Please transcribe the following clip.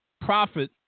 profit